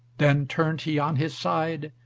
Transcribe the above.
then turned he on his side,